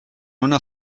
una